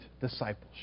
discipleship